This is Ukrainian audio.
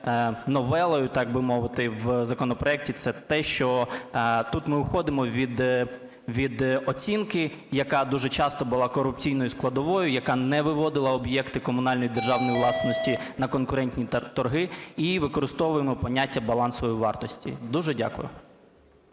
новелою, так би мовити, в законопроекті, це те, що тут ми уходимо від оцінки, яка дуже часто була корупційною складовою, яка не виводила об'єкти комунальної і державної власності на конкурентні торги, і використовуємо поняття балансової вартості. Дуже дякую.